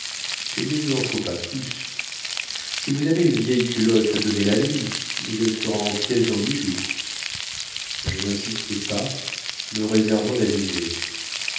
il ne lui en faut pas plus si vous avez une vieille culotte donnez la lui mais elle sera en pièces dans huit jours je n'insistai pas me réservant d'aviser